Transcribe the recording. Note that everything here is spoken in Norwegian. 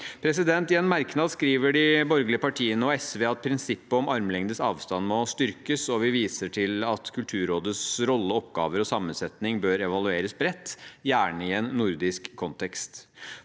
4797 I en merknad skriver de borgerlige partiene og SV at prinsippet om armlengdes avstand må styrkes, og vi viser til at Kulturrådets rolle, oppgaver og sammensetning bør evalueres bredt, gjerne i en nordisk kontekst.